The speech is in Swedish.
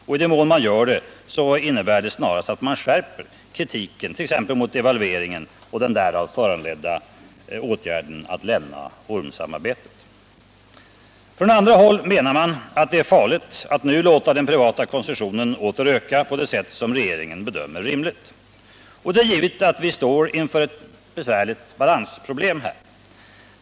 Och i den mån man gör det innebär det snarast att man skärper kritiken, t.ex. mot devalveringen och den därav föranledda åtgärden att lämna orm-samarbetet. Från andra håll menar man att det är farligt att nu låta den privata konsumtionen åter öka på det sätt som regeringen bedömer rimligt. Det är givet att vi står inför ett besvärligt balansproblem.